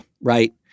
right